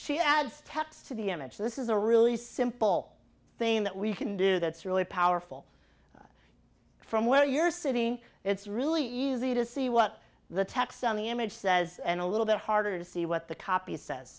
she adds text to the image this is a really simple thing that we can do that's really powerful from where you're sitting it's really easy to see what the text on the image says and a little bit harder to see what the copy says